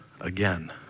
again